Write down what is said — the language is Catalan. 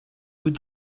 vuit